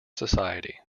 society